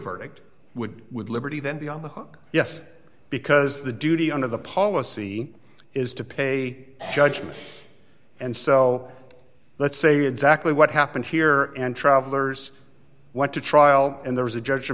verdict would would liberty then be on the hook yes because the duty under the policy is to pay judgments and sell let's say exactly what happened here and travelers went to trial and there was a judg